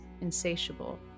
insatiable